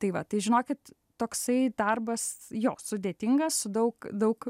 tai va tai žinokit toksai darbas jo sudėtingas su daug daug